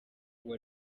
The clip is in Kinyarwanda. uwo